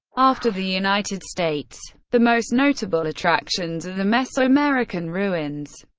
after the united states. the most notable attractions are the mesoamerican ruins,